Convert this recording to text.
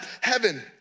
heaven